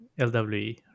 LWE